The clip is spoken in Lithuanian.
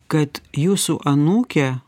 kad jūsų anūkė